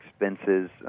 expenses